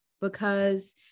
because-